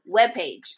webpage